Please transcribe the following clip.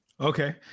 Okay